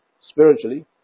spiritually